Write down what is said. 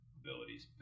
abilities